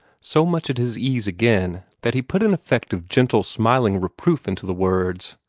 so much at his ease again that he put an effect of gentle, smiling reproof into the words.